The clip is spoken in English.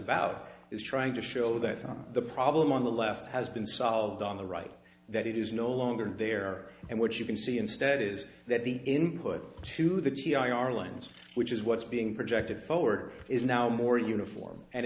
about is trying to show that the problem on the left has been solved on the right that it is no longer there and what you can see instead is that the input to the t r lines which is what's being projected forward is now more uniform and